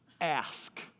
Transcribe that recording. ask